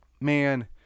Man